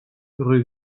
rue